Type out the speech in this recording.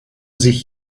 sich